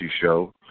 Show